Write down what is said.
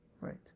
Right